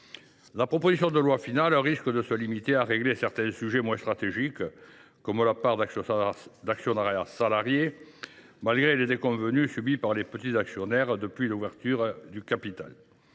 la proposition de loi risque de se limiter à régler certains sujets moins stratégiques, comme la part de l’actionnariat salarié, malgré les déconvenues subies par les petits actionnaires depuis l’ouverture du capital.